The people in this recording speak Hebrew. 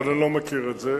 אבל אני לא מכיר את זה.